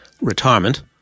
retirement